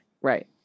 right